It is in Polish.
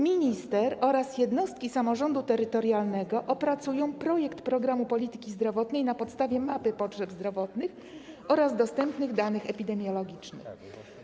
Minister oraz jednostki samorządu terytorialnego opracują projekt programu polityki zdrowotnej na podstawie mapy potrzeb zdrowotnych oraz dostępnych danych epidemiologicznych.